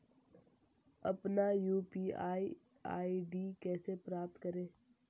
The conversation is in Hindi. अपना यू.पी.आई आई.डी कैसे प्राप्त करें?